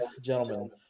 gentlemen